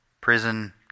prison